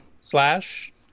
Slash